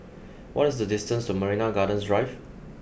what is the distance to Marina Gardens Drive